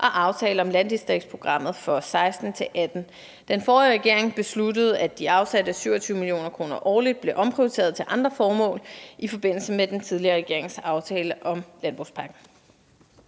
og aftale om landdistriktsprogrammet for 2016-2018. Den forrige regering besluttede, at de afsatte 27 mio. kr. årligt blev omprioriteret til andre formål i forbindelse med den tidligere regerings aftale om landbrugspakken.